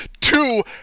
Two